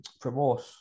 promote